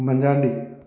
Oommen Chandy